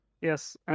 Yes